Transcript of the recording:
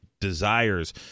desires